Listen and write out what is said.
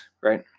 right